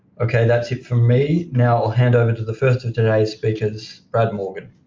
okay, that's it from me. now i'll hand over to the first of today's speakers, brad morgan.